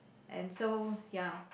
and so ya